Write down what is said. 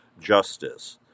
justice